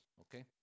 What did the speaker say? Okay